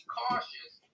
cautious